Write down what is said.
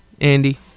Andy